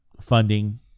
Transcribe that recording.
funding